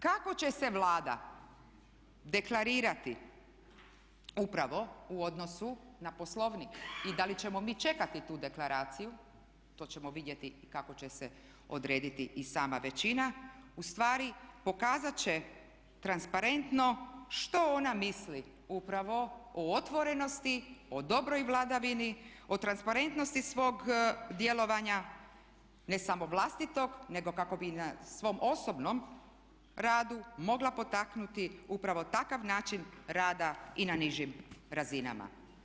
Kako će se Vlada deklarirati upravo u odnosu na Poslovnik i da li ćemo mi čekati tu deklaraciju to ćemo vidjeti i kako će se odrediti i sama većina u stvari pokazat će transparentno što ona misli upravo o otvorenosti, o dobroj vladavini, o transparentnosti svog djelovanja ne samo vlastitog, nego kako bi na svom osobnom radu mogla potaknuti upravo takav način rada i na nižim razinama.